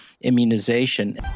immunization